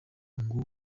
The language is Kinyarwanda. ngo